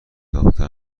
ساخته